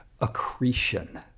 accretion